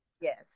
Yes